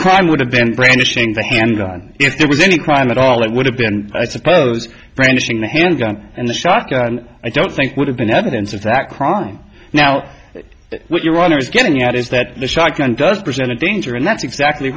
crime would have been brandishing the handgun if there was any crime at all it would have been i suppose brandishing a handgun and the shotgun i don't think would have been evidence of that crime now what your honor is getting at is that the shotgun does present a danger and that's exactly